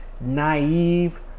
naive